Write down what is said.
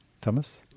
Thomas